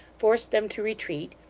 forced them to retreat,